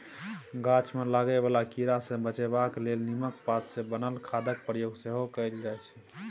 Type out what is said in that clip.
गाछ मे लागय बला कीड़ा सँ बचेबाक लेल नीमक पात सँ बनल खादक प्रयोग सेहो कएल जाइ छै